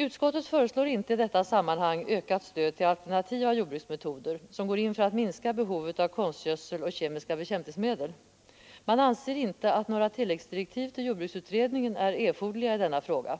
Utskottet föreslår inte i detta sammanhang ökat stöd till alternativa jordbruksmetoder, som går in för att minska behovet av konstgödsel och kemiska bekämpningsmedel. Man anser inte att några tilläggsdirektiv till jordbruksutredningen är erforderliga i denna fråga.